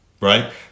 Right